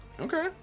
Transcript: Okay